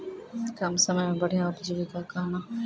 कम समय मे बढ़िया उपजीविका कहना?